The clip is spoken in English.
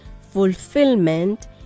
fulfillment